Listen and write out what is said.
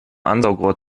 ansaugrohr